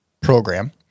program